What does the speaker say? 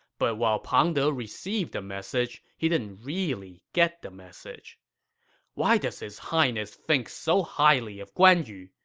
but while pang de received the message, he didn't really get the message why does his highness think so highly of guan yu?